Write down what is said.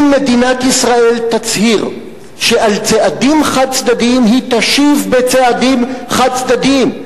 אם מדינת ישראל תצהיר שעל צעדים חד-צדדיים היא תשיב בצעדים חד-צדדיים,